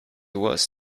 was